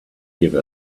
give